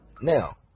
now